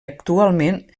actualment